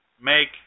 make